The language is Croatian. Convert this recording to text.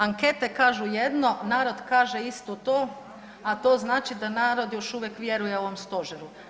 Ankete kažu jedno, narod kaže isto to, a to znači da narod još uvijek vjeruje ovom stožeru.